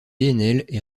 est